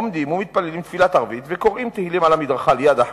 עומדים ומתפללים תפילת ערבית וקוראים תהילים על המדרכה ליד החנות.